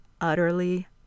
utterly